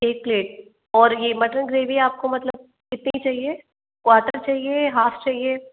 एक प्लेट और ये मटन ग्रेवी आपको मतलब कितनी चाहिए क्वाटर चहिए हाफ चहिए